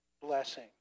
blessing